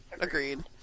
agreed